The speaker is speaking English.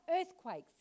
earthquakes